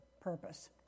purpose